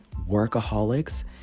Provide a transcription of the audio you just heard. workaholics